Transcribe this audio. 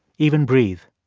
even breathe.